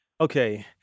Okay